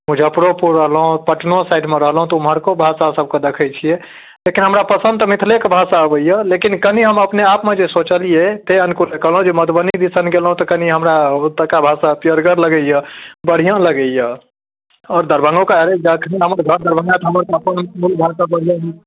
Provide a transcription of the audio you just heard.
मुजफ्फरोपुर रहलहुँ पटनो साइडमे रहलहुँ तऽ ऊमहरको भाषा सब कऽ देखैत छियै लेकिन हमरा पसन्द तऽ मिथलेके भाषा अबैया लेकिन कनि हम अपनेआपमे जे सोचलियै ताहि अनुकुले कहलहुँ जे मधुबनी दिसन गेलहुँ तऽ कनि हमरा ओतुका भाषा पिअरगर लगैया बढ़िआँ लगैया आओर दरभङ्गोके अरे जखनी हमर घर दरभङ्गा तऽ हमर तऽ अपन मूल भाषा बढ़िआँ